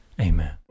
Amen